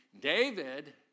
David